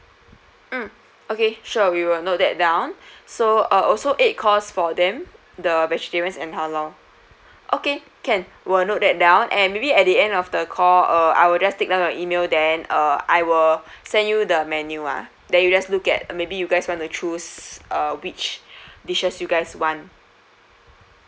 mm okay sure we will note that down so uh also eight course for them the vegetarian and halal okay can will note that down and may be at the end of the call uh I'll just take down your email then uh I will send you the menu ah then you just look at maybe you guys want to choose uh which dishes you guys want